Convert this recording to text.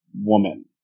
woman